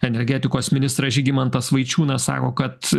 energetikos ministras žygimantas vaičiūnas sako kad